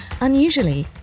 Unusually